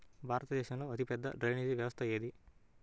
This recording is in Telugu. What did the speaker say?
భారతదేశంలో అతిపెద్ద డ్రైనేజీ వ్యవస్థ ఏది?